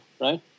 right